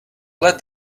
let